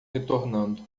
retornando